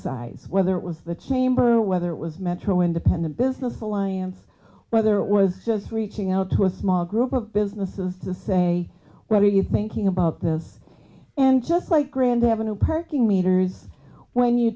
size whether it was the chamber whether it was metro independent business alliance whether it was just reaching out to a small group of businesses to say where are you thinking about this and just like grand avenue parking meters when you